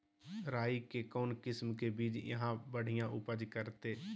राई के कौन किसिम के बिज यहा बड़िया उपज करते?